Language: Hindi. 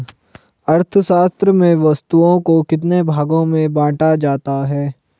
अर्थशास्त्र में वस्तुओं को कितने भागों में बांटा जाता है?